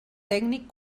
tècnic